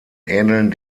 ähneln